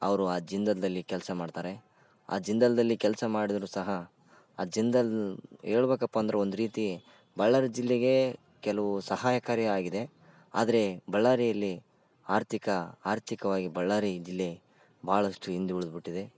ಅವರು ಆ ಜಿಂದಾಲ್ ಅಲ್ಲಿ ಕೆಲಸ ಮಾಡ್ತಾರೆ ಆ ಜಿಂದಾಲ್ದಲ್ಲಿ ಕೆಲಸ ಮಾಡಿದ್ರು ಸಹ ಆ ಜಿಂದಾಲ್ ಹೇಳ್ಬೇಕಪ್ಪ ಅಂದ್ರೆ ಒಂದು ರೀತಿ ಬಳ್ಳಾರಿ ಜಿಲ್ಲೆಗೇ ಕೆಲವು ಸಹಾಯಕಾರಿ ಆಗಿದೆ ಆದರೆ ಬಳ್ಳಾರಿಯಲ್ಲಿ ಆರ್ಥಿಕ ಆರ್ಥಿಕವಾಗಿ ಬಳ್ಳಾರಿ ಜಿಲ್ಲೆ ಭಾಳಷ್ಟು ಹಿಂದುಳಿದ್ ಬಿಟ್ಟಿದೆ